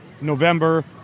November